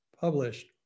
published